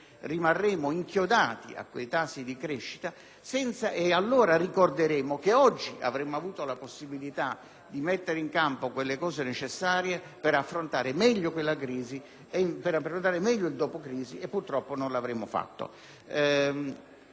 rimarremo inchiodati a quei tassi di crescita e allora ricorderemo che oggi avremmo avuto la possibilità di mettere in campo quelle misure necessarie ad affrontare meglio il dopo crisi e purtroppo non l'abbiamo fatto.